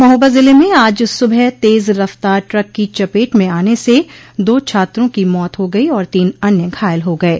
महोबा जिल में आज सुबह तेज रफ्तार ट्रक की चपेट में आने से दो छात्रों की मौत हो गई और तीन अन्य घायल हो गये